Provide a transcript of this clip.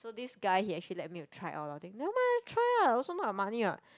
so this guy he actually let me to try out a lot of thing never mind just try ah also not your money what